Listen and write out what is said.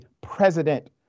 president